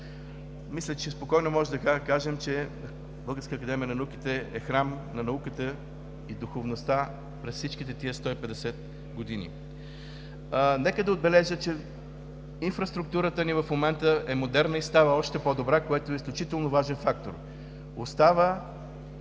Мисля, че спокойно можем да кажем, че Българската академия на науките е храм на науката и духовността през всичките тези 150 години. Нека да отбележа, че инфраструктурата ни в момента е модерна и става още по-добра, което е изключително важен фактор. Остава